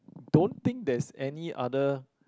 don't think there's any other